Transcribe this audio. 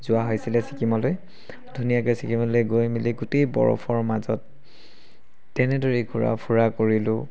যোৱা হৈছিলে ছিকিমলৈ ধুনীয়াকৈ ছিকিমলৈ গৈ মেলি গোটেই বৰফৰ মাজত তেনেদৰেই ঘূৰা ফুৰা কৰিলোঁ